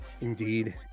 Indeed